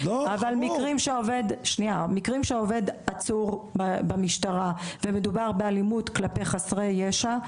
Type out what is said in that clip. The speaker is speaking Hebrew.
אבל מקרים שעובד עצור במשטרה ומדובר באלימות כלפי חסרי ישע,